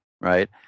right